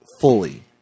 fully